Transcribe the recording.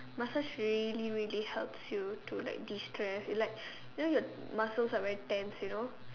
massage really really helps you to like destress you know like your muscles are really tense you know